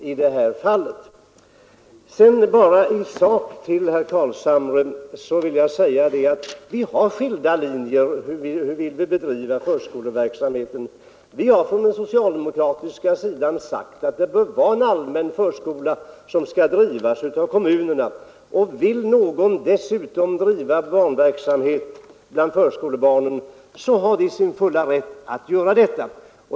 I sak vill jag bara säga till herr Carlshamre att vi har skilda linjer för hur förskoleverksamheten skall bedrivas. Från den socialdemokratiska sidan har vi sagt att det bör vara en allmän förskola som skall drivas av kommunerna, och vill någon dessutom driva barnverksamhet bland förskolebarn, så har man sin fulla rätt att göra detta.